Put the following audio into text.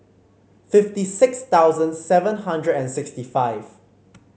fifty six thousand seven hundred and sixty five